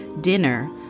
Dinner